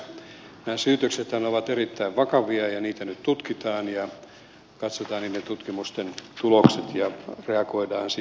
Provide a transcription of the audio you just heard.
nämä syytöksethän ovat erittäin vakavia ja niitä nyt tutkitaan ja katsotaan niiden tutkimusten tulokset ja reagoidaan sitten niihin